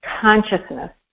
consciousness